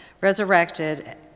resurrected